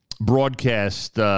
broadcast